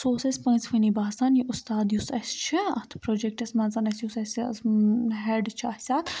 سُہ اوس اَسہِ پانٛژؤنی باسان یہِ اُستاد یُس اَسہِ چھِ اَتھ پروجَکٹَس منٛز اَسہِ یُس اَسہِ ہٮ۪ڈ چھُ اَسہِ اَتھ